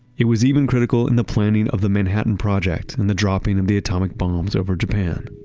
it was even critical in the planning of the manhattan project and the dropping of the atomic bombs over japan.